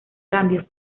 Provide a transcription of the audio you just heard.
cambio